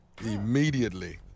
immediately